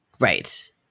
Right